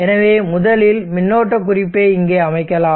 எனவே முதலில் மின்னோட்ட குறிப்பை இங்கே அமைக்கலாம்